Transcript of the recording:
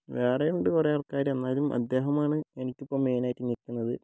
വേറെയും ഉണ്ട് കുറേ ആൾക്കാർ എന്നാലും അദ്ദേഹമാണ് എനിക്കിപ്പോൾ മെയിൻ ആയിട്ട് നിൽക്കുന്നത്